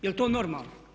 Jel' to normalno?